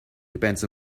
depends